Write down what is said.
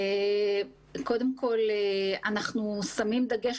קודם כול, אנחנו שמים דגש.